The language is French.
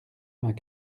vingt